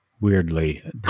weirdly